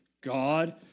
God